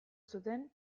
zuten